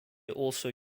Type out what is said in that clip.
also